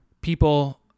people